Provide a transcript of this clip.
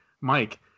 Mike